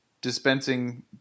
dispensing